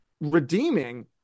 redeeming